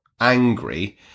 angry